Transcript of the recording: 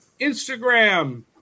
Instagram